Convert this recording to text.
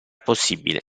possibile